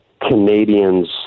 Canadians